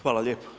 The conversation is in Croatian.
Hvala lijepo.